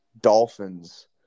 Dolphins